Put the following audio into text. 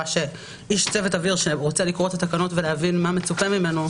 שאיש צוות אוויר שרוצה לקרוא את התקנות ולהבין מה מצופה מנמו,